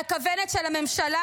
על הכוונת של הממשלה,